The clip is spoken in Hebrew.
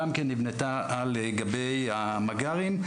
גם היא נבנתה על גבי המג״רים.